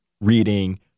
reading